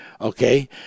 Okay